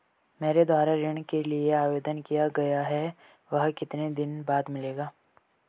मेरे द्वारा ऋण के लिए आवेदन किया गया है वह कितने दिन बाद मिलेगा?